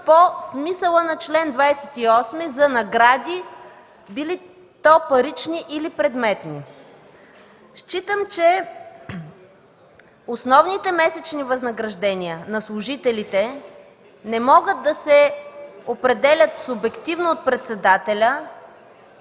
по смисъла на чл. 28 за награди – били то парични или предметни. Считам, че основните месечни възнаграждения на служителите не могат да се определят субективно от председателя,